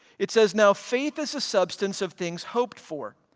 it says, now faith is the substance of things hoped for,